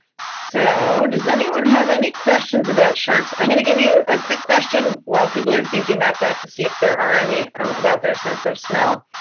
so does anyone have any questions about sharks? i'm going to give you a quick question while people are thinking about that to see if there are any, um about their sense of smell.